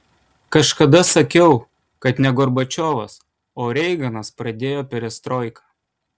kažkada sakiau kad ne gorbačiovas o reiganas pradėjo perestroiką